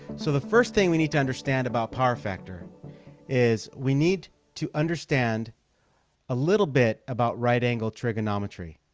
so the first thing we need to understand about power factor is we need to understand a little bit about right angle trigonometry.